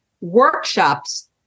workshops